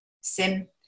SIM